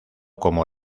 como